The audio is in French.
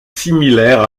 similaire